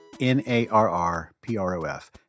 N-A-R-R-P-R-O-F